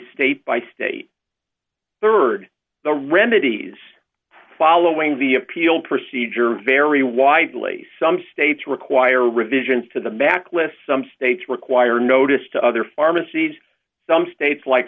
state by state rd the remedies following the appeal procedure vary widely some states require revisions to the backlist some states require notice to other pharmacies some states like